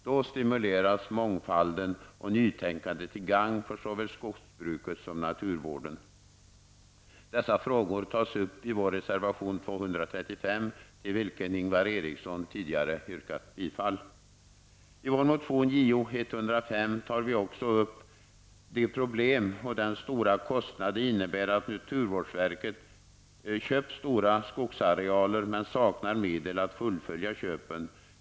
Då stimuleras mångfalden och nytänkandet till gang för såväl skogsbruket som naturvården. Dessa frågor tas upp i vår reservation 235, till vilken I vår motion Jo105 tar vi också upp de problem och den stora kostnad det innebär att naturvårdsverket köpt stora skogsarealer, men saknar medel att fullfölja köpen.